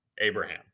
Abraham